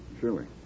Surely